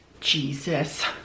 Jesus